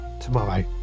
tomorrow